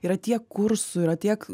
yra tie kursų yra tiek